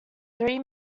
three